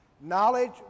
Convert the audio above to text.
Knowledge